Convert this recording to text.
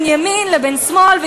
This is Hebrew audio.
בין ימין לבין שמאל,